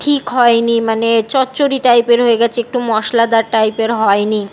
ঠিক হয় নি মানে চচ্চড়ি টাইপের হয়ে গেছে একটু মশলাদার টাইপের হয় নি